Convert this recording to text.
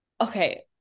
okay